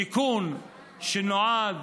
תיקון שנועד